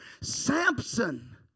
Samson